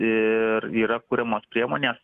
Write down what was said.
ir yra kuriamos priemonės